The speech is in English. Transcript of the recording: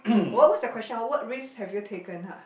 what what's the question ah what risks have you taken ha